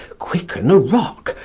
quicken a rock,